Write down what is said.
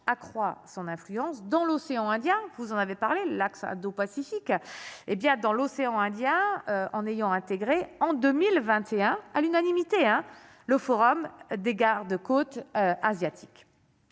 accroît son influence dans l'océan Indien, vous en avez parlé l'axe dos pacifique et bien dans l'océan Indien, en ayant intégré en 2021, à l'unanimité, hein, le Forum des garde-côtes asiatiques